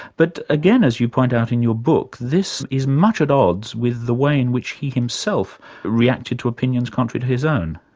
but again, as you point out in your book, this is much at odds with the way in which he himself reacted to opinions contrary to his own.